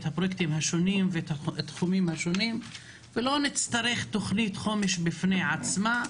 הפרויקטים השונים והתחומים השונים ולא נצטרך תוכנית חומש בפני עצמה.